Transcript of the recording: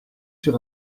sur